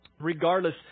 regardless